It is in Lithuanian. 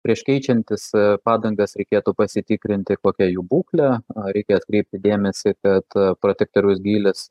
prieš keičiantis padangas reikėtų pasitikrinti kokia jų būklė reikia atkreipti dėmesį kad protektoriaus gylis